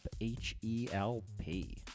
H-E-L-P